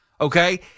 Okay